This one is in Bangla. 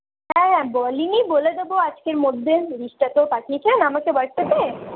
হ্যাঁ হ্যাঁ বলিনি বলে দেব আজকের মধ্যে জিনিসটা তো পাঠিয়েছেন আমাকে হোয়াটসআ্যপে